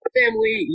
family